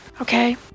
Okay